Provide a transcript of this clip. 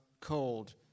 cold